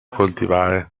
coltivare